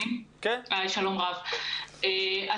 אני מבקשת להתייחס.